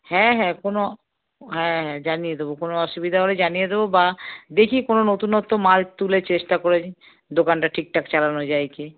হ্যাঁ হ্যাঁ কোনো হ্যাঁ হ্যাঁ জানিয়ে দেবো কোনো অসুবিধা হলে জানিয়ে দেবো বা দেখি কোনো নতুনত্ব মাল তুলে চেষ্টা করে দোকানটা ঠিকঠাক চালানো যায় কি